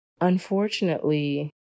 Unfortunately